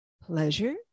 pleasure